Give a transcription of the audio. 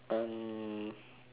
um